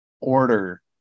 order